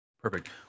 Perfect